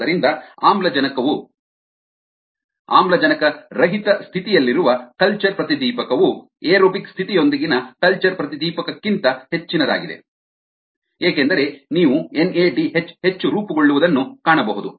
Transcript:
ಆದ್ದರಿಂದ ಆಮ್ಲಜನಕರಹಿತ ಸ್ಥಿತಿಯಲ್ಲಿರುವ ಕಲ್ಚರ್ ಪ್ರತಿದೀಪಕವು ಏರೋಬಿಕ್ ಸ್ಥಿತಿಯೊಂದಿಗಿನ ಕಲ್ಚರ್ ಪ್ರತಿದೀಪಕಕ್ಕಿಂತ ಹೆಚ್ಚಿನದಾಗಿದೆ ಏಕೆಂದರೆ ನೀವು ಎನ್ಎಡಿಎಚ್ ಹೆಚ್ಚು ರೂಪುಗೊಳ್ಳುವುದನ್ನು ಕಾಣಬಹುದು